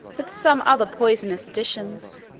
with some other poisonous additions,